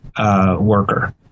worker